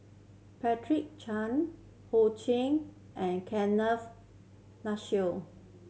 Patricia Chan Ho Ching and Kenneth Mitchell